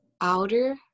outer